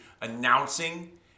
announcing